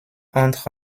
entre